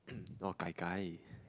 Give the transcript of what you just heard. oh gai-gai